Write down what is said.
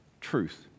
Truth